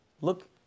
Look